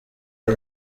ari